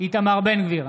איתמר בן גביר,